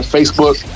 Facebook